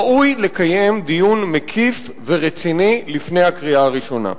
ראוי לקיים דיון מקיף ורציני לפני הקריאה הראשונה.